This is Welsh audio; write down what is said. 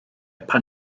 pan